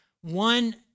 one